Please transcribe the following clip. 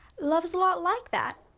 love is a lot like that.